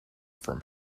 from